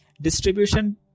Distribution